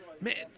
Man